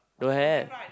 don't have